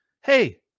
hey